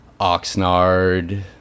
Oxnard